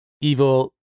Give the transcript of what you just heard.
evil